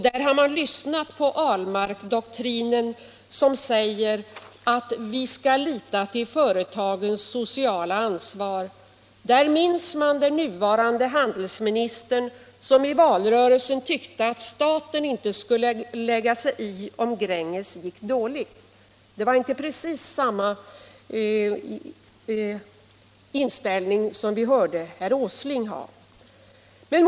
Där har man lyssnat på ”Ahlmarkdoktrinen”, som säger att vi skall lita till företagens sociala ansvar. Där minns man den nuvarande handelsministern, som i valrörelsen tyckte att staten inte skulle lägga sig i om Gränges gick dåligt. Det var inte precis samma inställning som vi här hörde att herr Åsling har.